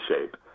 shape